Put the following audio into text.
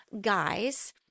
guys